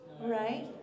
Right